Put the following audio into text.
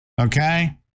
Okay